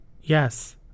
Yes